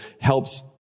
helps